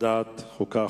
בוועדת החוקה,